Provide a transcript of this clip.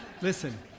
Listen